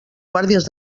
guàrdies